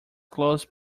close